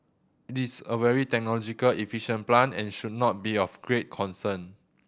it's a very technological efficient plant and should not be of great concern